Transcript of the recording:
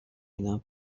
now